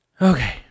Okay